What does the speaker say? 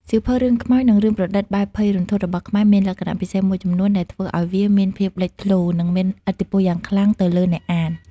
សៀវភៅរឿងខ្មោច និងរឿងប្រឌិតបែបភ័យរន្ធត់របស់ខ្មែរមានលក្ខណៈពិសេសមួយចំនួនដែលធ្វើឲ្យវាមានភាពលេចធ្លោ និងមានឥទ្ធិពលយ៉ាងខ្លាំងទៅលើអ្នកអាន។